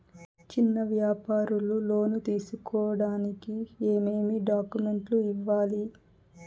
చిన్న వ్యాపారులు లోను తీసుకోడానికి ఏమేమి డాక్యుమెంట్లు ఇవ్వాలి?